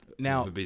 Now